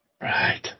Right